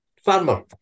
farmer